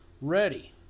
ready